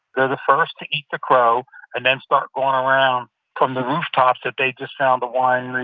ah the first to eat the crow and then start going around from the rooftops that they just found the wine.